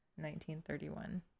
1931